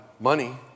money